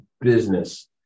business